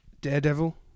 Daredevil